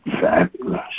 Fabulous